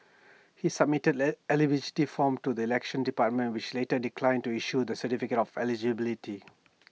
he submitted eligibility forms to the elections department which later declined to issue the ertificate of eligibility